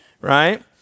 right